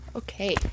Okay